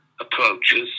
approaches